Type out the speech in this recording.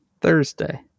Thursday